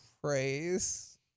praise